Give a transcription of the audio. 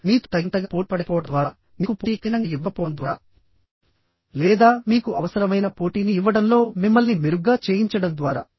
మీతో తగినంతగా పోటీపడకపోవడం ద్వారా మీకు పోటీ కఠినంగా ఇవ్వకపోవడం ద్వారా లేదా మీకు అవసరమైన పోటీని ఇవ్వడంలో మిమ్మల్ని మెరుగ్గా చేయించడం ద్వారా